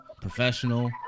professional